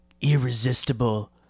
irresistible